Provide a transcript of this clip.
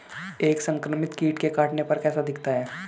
एक संक्रमित कीट के काटने पर कैसा दिखता है?